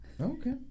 Okay